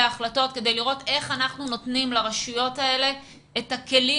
ההחלטות כדי לראות איך אנחנו נותנים לרשויות האלה את הכלים